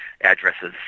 addresses